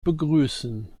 begrüßen